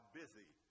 busy